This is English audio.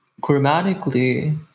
grammatically